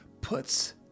puts